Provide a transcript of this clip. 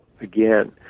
again